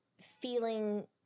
feeling